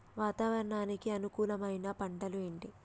వాతావరణానికి అనుకూలమైన పంటలు ఏంటి?